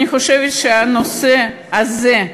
אני חושבת שהנושא הזה,